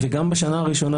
וגם בשנה הראשונה,